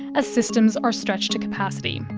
as systems are stretched to capacity.